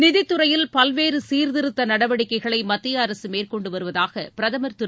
நிதித் துறையில் பல்வேறு சீர்திருத்த நடவடிக்கைகளை மத்திய அரசு மேற்கொண்டு வருவதாக பிரதமர் திரு